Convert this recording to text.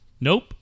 nope